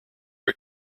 are